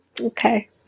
Okay